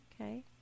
Okay